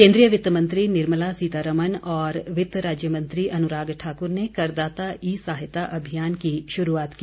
केन्द्रीय वित्त मंत्री निर्मला सीतारमन और वित्त राज्य मंत्री अनुराग ठाकुर ने करदाता ई सहायता अभियान की शुरूआत की